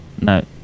No